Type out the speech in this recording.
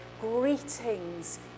greetings